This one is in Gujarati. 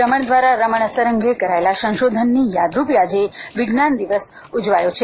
રમણ દ્વારા રમણ અસર અંગે કારાયેલા સંશોધનની યાદરૂપે આજે વિજ્ઞાન દિવસ ઉજવાય છે